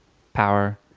power.